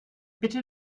bitte